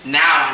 now